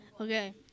Okay